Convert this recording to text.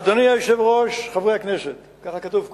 אדוני היושב-ראש, חברי הכנסת, ככה כתוב כאן,